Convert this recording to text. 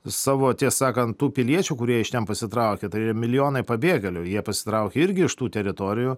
savo tiesą sakant tų piliečių kurie iš ten pasitraukė tai yra milijonai pabėgėlių jie pasitraukė irgi iš tų teritorijų